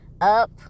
up